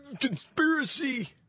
conspiracy